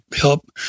help